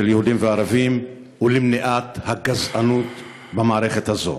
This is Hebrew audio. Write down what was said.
יהודים וערבים ולמניעת גזענות במערכת הזאת.